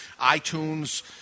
iTunes